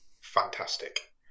fantastic